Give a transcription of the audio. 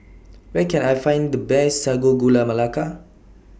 Where Can I Find The Best Sago Gula Melaka